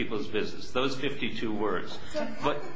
people's business those fifty two words but